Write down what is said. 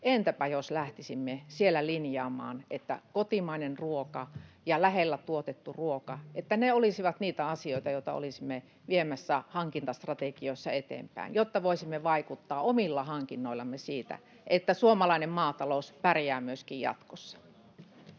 Entäpä jos lähtisimme siellä linjaamaan, että kotimainen ruoka ja lähellä tuotettu ruoka olisivat niitä asioita, joita olisimme viemässä hankintastrategioissa eteenpäin, jotta voisimme vaikuttaa omilla hankinnoillamme siihen, että suomalainen maatalous pärjää myöskin jatkossa.